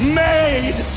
made